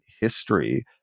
history